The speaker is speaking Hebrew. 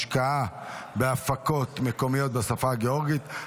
השקעה בהפקות מקומיות בשפה הגאורגית),